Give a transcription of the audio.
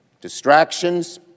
distractions